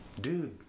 Dude